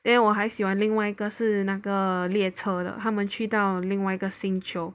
then 我还喜欢另外一个是那个列车的他们去到另外一个星球